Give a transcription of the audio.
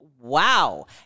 wow